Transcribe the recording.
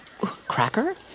Cracker